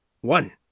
One